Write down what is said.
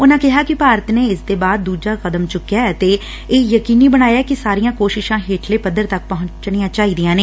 ਉਨਾਂ ਕਿਹਾ ਕਿ ਭਾਰਤ ਨੇ ਇਕ ਦੇ ਬਾਅਦ ਦੁਜਾ ਕਦਮ ਚੁੱਕਿਐ ਅਤੇ ਇਹ ਯਕੀਨੀ ਬਣਾਇਐ ਕਿ ਸਾਰੀਆਂ ਕੋਸ਼ਿਸ਼ਾਂ ਹੇਠਲੇ ਪੱਧਰ ੱਕ ਪਹੁੰਚਣੀਆਂ ਚਾਹੀਦੀਆਂ ਨੇ